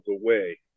away